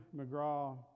McGraw